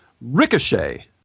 Ricochet